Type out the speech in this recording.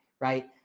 right